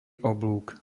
oblúk